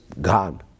gone